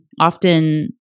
often